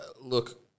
look